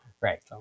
Right